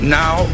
now